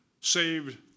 saved